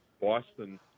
boston